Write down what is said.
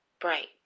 bright